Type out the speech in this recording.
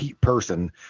person